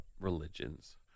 religions